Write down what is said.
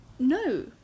No